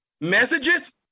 messages